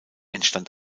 entstand